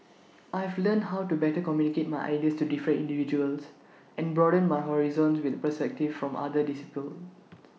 I've learnt how to better communicate my ideas to different individuals and broaden my horizons with the perspectives from other disciplines